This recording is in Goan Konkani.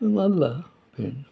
मारला फेन